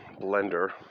Blender